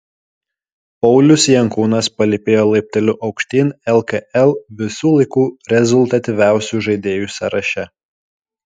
paulius jankūnas palypėjo laipteliu aukštyn lkl visų laikų rezultatyviausių žaidėjų sąraše